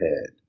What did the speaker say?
head